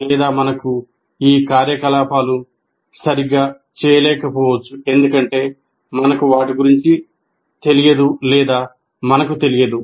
లేదా మనకు ఈ కార్యకలాపాలు సరిగా చేయలేకపోవచ్చు ఎందుకంటే మనకు వాటి గురించి తెలియదు లేదా మనకు తెలియదు